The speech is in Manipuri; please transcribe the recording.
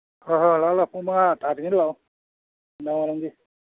ꯍꯣꯏ ꯍꯣꯏ ꯂꯥꯛꯑꯣ ꯂꯥꯛꯑꯣ ꯄꯨꯡ ꯃꯉꯥ ꯇꯥꯗ꯭ꯔꯤꯉꯩ ꯂꯥꯛꯑꯣ ꯅꯨꯡꯗꯥꯡꯋꯥꯏꯔꯝꯒꯤ